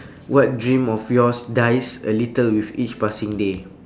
what dream of yours dies a little with each passing day